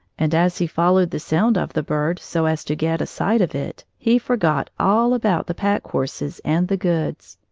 and as he followed the sound of the bird so as to get a sight of it, he forgot all about the pack horses and the goods.